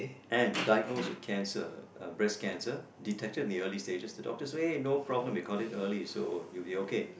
and diagnosed with cancer uh breast cancer detected in the early stages the doctors say no problem we caught it in the early stages so you'll be okay